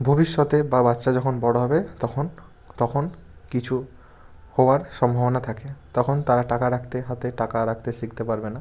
ভবিষ্যতে বাচ্চা যখন বড়ো হবে তখন তখন কিছু হওয়ার সম্ভবনা থাকে তখন তারা টাকা রাখতে হাতে টাকা রাখতে শিখতে পারবে না